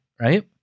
right